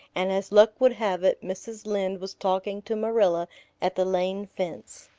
and, as luck would have it, mrs. lynde was talking to marilla at the lane fence.